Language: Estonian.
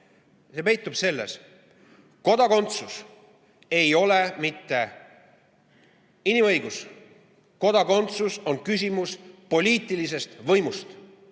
–, et kodakondsus ei ole mitte inimõigus. Kodakondsus on küsimus poliitilisest võimust